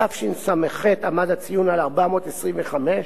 בתשס"ח היה הציון 425,